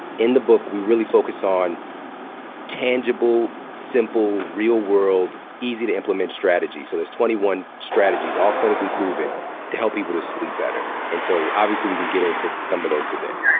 in the book we really focus on tangible, simple, real world, easy to implement strategies. so there's twenty one strategies all clinically proven to help people to sleep better. and so obviously, can get into some of those today.